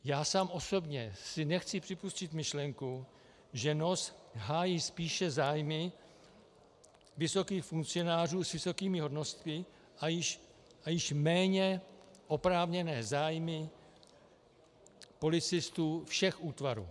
Já sám osobně si nechci připustit myšlenku, že NOS hájí spíše zájmy vysokých funkcionářů s vysokými hodnostmi a již méně oprávněné zájmy policistů všech útvarů.